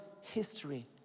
history